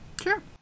Sure